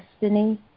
destiny